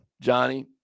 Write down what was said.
Johnny